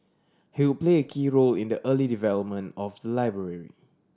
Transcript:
he would play a key role in the early development of the library